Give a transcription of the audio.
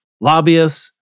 lobbyists